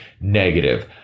negative